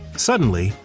suddenly,